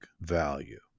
value